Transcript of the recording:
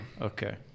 Okay